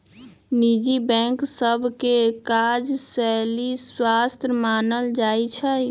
निजी बैंक सभ के काजशैली स्वस्थ मानल जाइ छइ